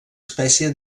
espècie